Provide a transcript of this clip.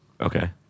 Okay